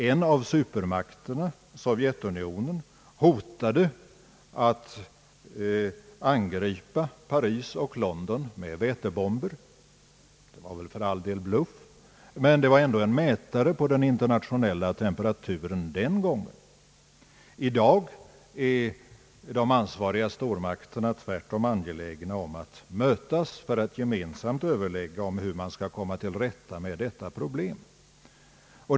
En av supermakterna, Sovjetunionen, hotade att angripa Paris och London med vätebomber. Det var väl för all del bluff, men det var ändå en mätare på den internationella temperaturen den gången. I dag är de ansvariga stormakterna tvärtom angelägna om att mötas för att gemensamt överlägga om hur de skall komma till rätta med detta problem.